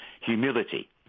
Humility